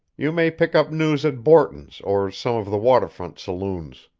you may pick up news at borton's or some of the water-front saloons.